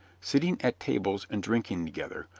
sitting at tables and drinking together,